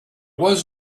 was